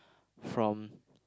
from